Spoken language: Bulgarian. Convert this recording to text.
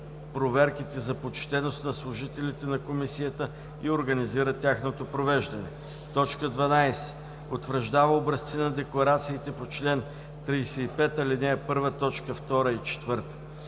проверките за почтеност на служителите на Комисията и организира тяхното провеждане; 12. утвърждава образци на декларациите по чл. 35, ал. 1, т. 2 и 4;